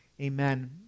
Amen